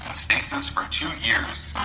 stasis for two years.